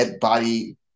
body